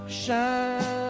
shine